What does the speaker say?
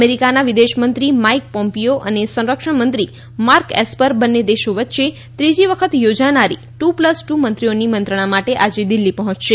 અમેરીકાના વિદેશમંત્રી Mike Pompeo અને સંરક્ષણમંત્રી માર્ક એસ્પર બંન્ને દેશો વચ્ચે ત્રીજી વખત યોજાનારી ટુ પ્લસ ટુ મંત્રીઓની મંત્રણા માટે આજે દિલ્ફી પહોંચશે